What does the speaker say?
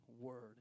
Word